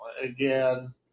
again